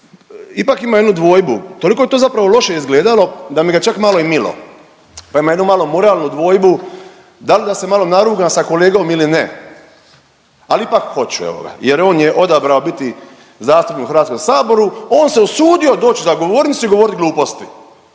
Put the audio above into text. ipak ima jednu dvojbu, toliko je to zapravo loše izgledalo da mi ga čak malo i milo pa imam jednu malo moralnu dvojbu, da li da se malo narugam sa kolegom ili ne. Ali ipak hoću evo ga. Jer on je odbrao biti zastupnik u Hrvatskom saboru, on se usudio doći za govornicu i govorit gluposti.